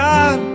God